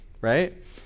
right